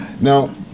Now